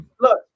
Look